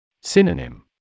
Synonym